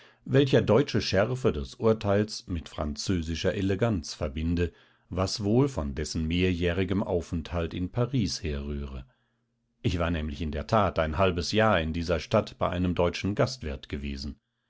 welcher deutsche schärfe des urteils mit französischer eleganz verbinde was wohl von dessen mehrjährigem aufenthalt in paris herrühre ich war nämlich in der tat ein halbes jahr in dieser stadt bei einem deutschen gastwirt gewesen